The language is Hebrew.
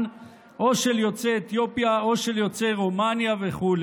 או של יוצאי אתיופיה או של יוצאי רומניה וכו',